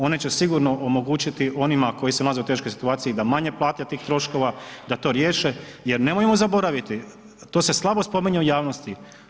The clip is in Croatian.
One će sigurno omogućiti onima koji se nalaze u teškoj situaciji da manje plate tih troškova, da to riješe, jer nemojmo zaboraviti, to se slabo spominje u javnosti.